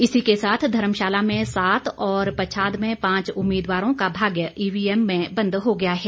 इसी के साथ धर्मशाला में सात और पच्छाद में पांच उम्मीदवारों का भाग्य ईवीएम में बंद हो गया है